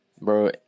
Bro